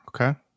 Okay